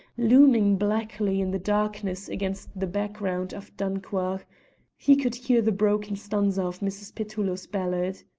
looming blackly in the darkness against the background of dunchuach he could hear the broken stanza of mrs. petullo's ballad.